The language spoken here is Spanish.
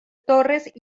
torres